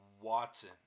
Watson